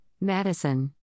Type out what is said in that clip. Madison